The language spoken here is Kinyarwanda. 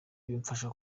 bimfasha